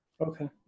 Okay